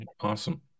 Awesome